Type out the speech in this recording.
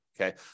Okay